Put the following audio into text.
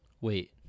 Wait